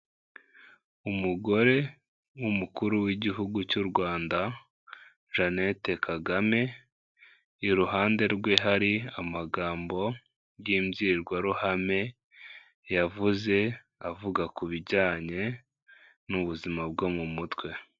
Umugore w'umukuru w'igihugu cy'u Rwanda Jeannette Kagame, iruhande rwe hari amagambo y'imbwirwaruhame yavuze avuga ku bijyanye n'ubuzima bwo mu mutwe.